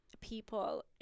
people